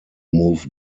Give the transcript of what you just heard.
move